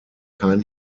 kein